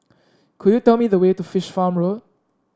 could you tell me the way to Fish Farm Road